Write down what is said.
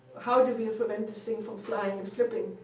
how do we and prevent this thing from flying and flipping?